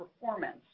performance